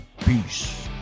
peace